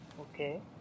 Okay